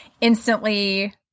instantly –